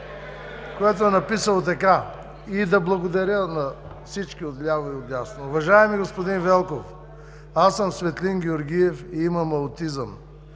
което е написало така, и да благодаря на всички от ляво и от дясно: „Уважаеми господин Велков, аз съм Светлин Георгиев и имам аутизъм.